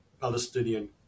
Palestinian